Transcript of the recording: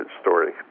story